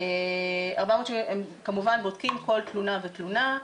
הם כמובן בודקים כל תלונה ותלונה,